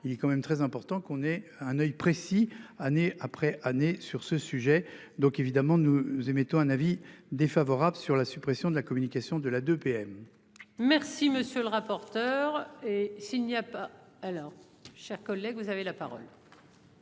il est quand même très important qu'on ait un oeil précis, année après année, sur ce sujet, donc évidemment nous émettons un avis défavorable sur la suppression de la communication de la de PM. Merci monsieur le rapporteur.